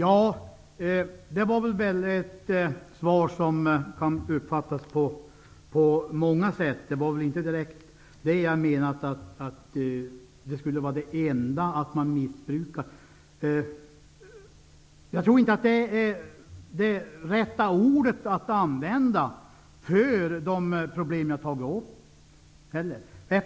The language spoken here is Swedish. Herr talman! Det var ett svar som kan uppfattas på många sätt. Jag menade inte direkt att missbruket av allemansrätten skulle vara det enda hotet. Jag tror inte att det är rätta ordet för de problem som jag har tagit upp.